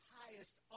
highest